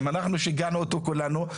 גם אנחנו שיגענו אותו כולנו.